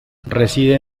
reside